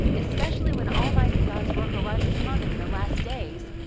especially when almighty god's work arrives upon them in the last days,